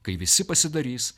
kai visi pasidarys